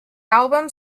album